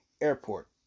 airport